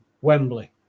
Wembley